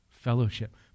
Fellowship